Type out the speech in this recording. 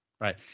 right